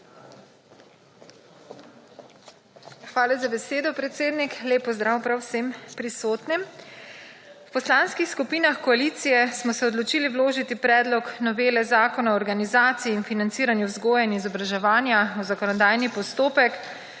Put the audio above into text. Hvala za besedo, predsednik. Lep pozdrav prav vsem prisotnim! V poslanskih skupinah koalicije smo se odločili vložiti Predlog novele Zakona o organizaciji in financiranju vzgoje in izobraževanja v zakonodajni postopek,